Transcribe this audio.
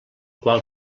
qual